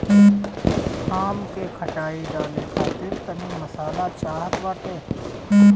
आम के खटाई डाले खातिर तनी मसाला चाहत बाटे